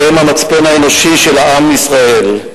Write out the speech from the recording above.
אתם המצפן האנושי של עם ישראל.